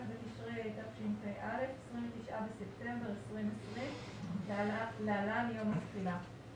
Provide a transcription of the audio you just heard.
בתשרי התשפ"א (29 בספטמבר 2020) (להלן יום התחילה).